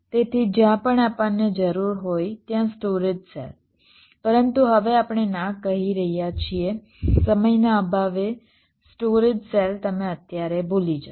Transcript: તેથી જ્યાં પણ આપણને જરૂર હોય ત્યાં સ્ટોરેજ સેલ પરંતુ હવે આપણે ના કહી રહ્યા છીએ સમયના અભાવે સ્ટોરેજ સેલ તમે અત્યારે ભૂલી જાઓ